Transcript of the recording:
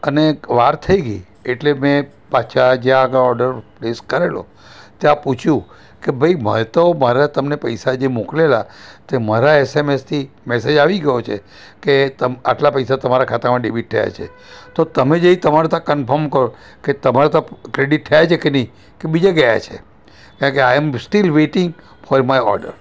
અને વાર થઈ ગઈ એટલે મેં પાછા જ્યાં આગળ ઓર્ડર પ્લેસ કરેલો ત્યાં પૂછ્યું કે ભાઈ મેં તો મારે તમને પૈસા જે મોકલેલા તે મારા એસએમએસથી મેસેજ આવી ગયો છે કે આટલા પૈસા તમારા ખાતામાં ડેબિટ થયા છે તો તમે જે તમારી ત્યાં કન્ફર્મ કરો કે તમારે ત્યાં ક્રેડિટ થયા છે કે નહીં કે બીજે ગયા છે કારણકે I am still waiting for my order